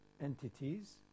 entities